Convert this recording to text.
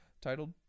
titled